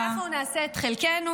אז אנחנו נעשה את חלקנו